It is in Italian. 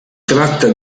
tratta